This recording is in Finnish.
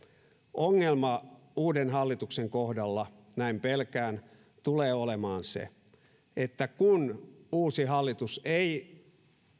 ongelma uuden hallituksen kohdalla näin pelkään tulee olemaan se että kun uusi hallitus ei